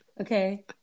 okay